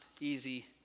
easy